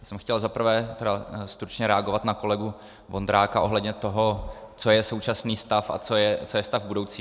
Já jsem chtěl za prvé stručně reagovat na kolegu Vondráka ohledně toho, co je současný stav a co je stav budoucí.